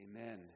Amen